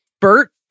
Bert